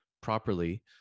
properly